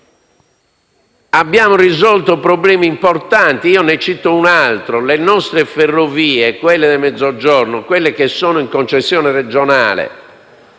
Abbiamo risolto problemi importanti. Io ne cito un altro. Le nostre ferrovie, quelle del Mezzogiorno, quelle che sono in concessione regionale,